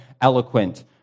eloquent